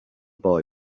boy